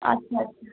আচ্ছা আচ্ছা